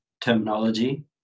terminology